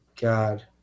God